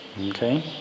okay